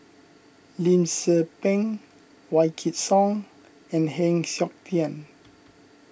Lim Tze Peng Wykidd Song and Heng Siok Tian